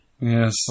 Yes